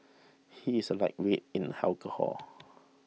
he is a lightweight in alcohol